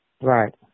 Right